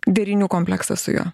derinių kompleksas su juo